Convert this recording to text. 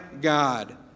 God